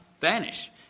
vanish